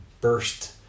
burst